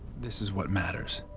this is what matters.